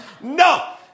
No